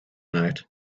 night